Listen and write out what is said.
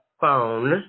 phone